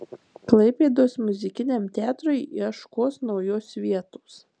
klaipėdos muzikiniam teatrui ieškos naujos vietos